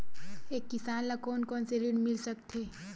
एक किसान ल कोन कोन से ऋण मिल सकथे?